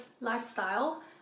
lifestyle